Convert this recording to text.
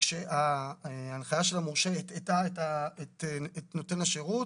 שכאשר ההנחיה של המורשה הטעתה את נותן השירות,